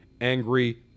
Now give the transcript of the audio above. angry